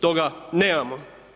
Toga nemamo.